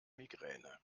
migräne